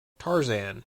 tarzan